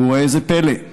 וראה זה פלא,